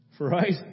Right